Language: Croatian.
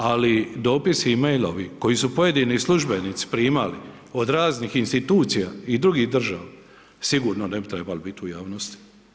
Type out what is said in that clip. Ali dopis i mailovi koje su pojedini službenici primali od raznih institucija i drugih država, sigurno ne bi trebali bit u javnosti.